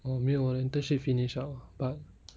orh 没有我的 internship finish liao but